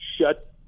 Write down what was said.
shut